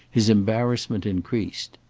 his embarrassment increased.